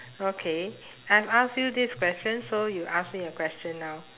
okay I have asked you this question so you ask me a question now